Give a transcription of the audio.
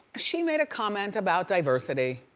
she made a comment about diversity.